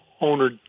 owner